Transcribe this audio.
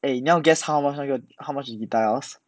eh 你要 guess how mah 那个 how much the guitar was